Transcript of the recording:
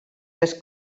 més